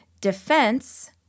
defense